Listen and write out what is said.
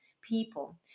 people